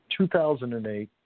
2008